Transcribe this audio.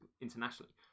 internationally